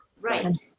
Right